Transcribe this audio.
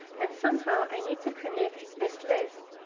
and somehow i need to connect this list,